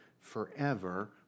forever